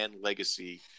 legacy